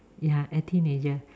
ya a teenager